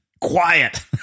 Quiet